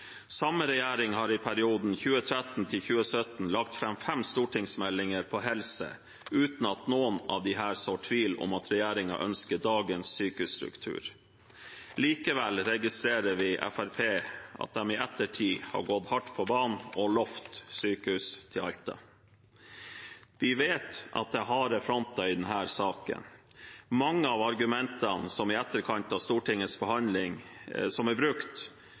Samme regjering har i perioden 2013–2017 lagt fram fem stortingsmeldinger om helse, uten at noen av disse sår tvil om at regjeringen ønsker dagens sykehusstruktur. Likevel registrerer vi at Fremskrittspartiet i ettertid har gått hardt ut og lovt sykehus til Alta. Vi vet at det er harde fronter i denne saken. Mange av argumentene som er brukt i etterkant av Stortingets behandling, er